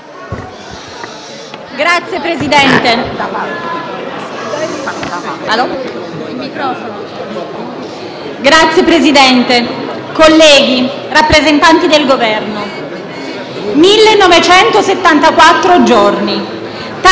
Signor Presidente, colleghi, rappresentanti del Governo, 1.974 giorni: